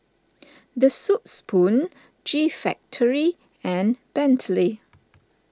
the Soup Spoon G Factory and Bentley